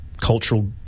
cultural